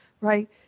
right